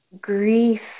grief